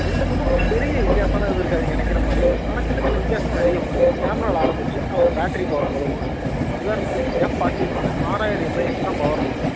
ரெண்டுத்துக்கும் பெரிய வித்தியாசம்லாம் எதுவும் இருக்காது நீங்கள் நினைக்கிற மாதிரி ஆனால் சின்ன சின்ன வித்தியாசம் நிறைய உண்டு கேமராவில் ஆரம்பித்து அதோடய பேட்டரி பவர் முதக்கொண்டு உதாரணத்துக்கு எஃப் ஃபார்ட்டி ஒன்றில் ஆறாயிரம் எம்ஏஹெச் தான் பவர் இருக்கும்